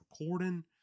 recording